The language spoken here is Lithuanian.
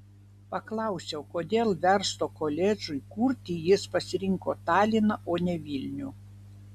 paklausiau kodėl verslo koledžui kurti jis pasirinko taliną o ne vilnių